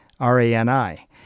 R-A-N-I